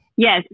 Yes